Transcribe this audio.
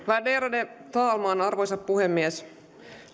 värderade talman arvoisa puhemies